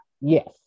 Yes